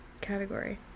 category